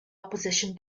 opposition